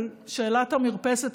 שאלת המרפסת,